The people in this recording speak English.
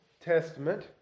testament